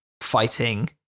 fighting